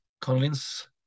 convince